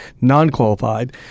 non-qualified